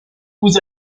vous